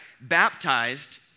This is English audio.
baptized